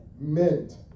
meant